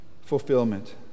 fulfillment